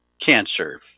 cancer